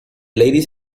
ladies